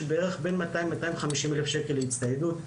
בערך בין 200-250 אלף שקל להצטיידות,